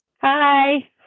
Hi